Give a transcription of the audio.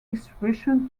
distribution